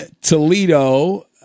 Toledo